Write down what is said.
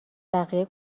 بقیه